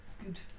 good